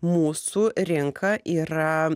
mūsų rinka yra